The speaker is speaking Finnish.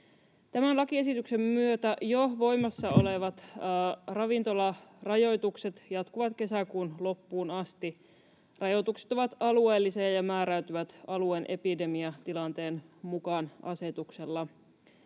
Tämän lakiesityksen myötä jo voimassa olevat ravintolarajoitukset jatkuvat kesäkuun loppuun asti. Rajoitukset ovat alueellisia ja määräytyvät alueen epidemiatilanteen mukaan asetuksella.